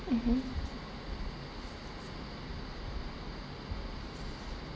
mmhmm